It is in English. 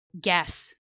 guess